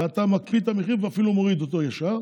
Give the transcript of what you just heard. אתה מקפיא את המחיר ואפילו מוריד אותו ישר.